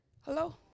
Hello